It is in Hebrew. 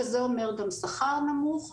וזה אומר גם שכר נמוך.